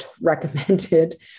recommended